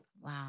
Wow